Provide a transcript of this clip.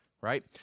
right